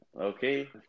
Okay